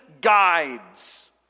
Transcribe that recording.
guides